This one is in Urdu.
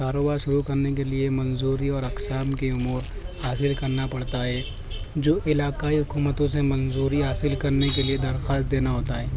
کاروبار شروع کرنے کے لیے منظوری اور اقسام کی امور حاصل کرنا پڑتا ہے جو علاقائی حکومتوں سے منظوری حاصل کرنے کے لیے درخواست دینا ہوتا ہے